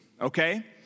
Okay